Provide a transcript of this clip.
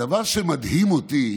הדבר שמדהים אותי,